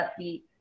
upbeat